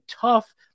tough